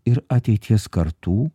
ir ateities kartų